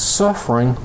suffering